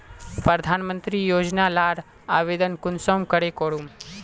प्रधानमंत्री योजना लार आवेदन कुंसम करे करूम?